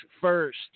first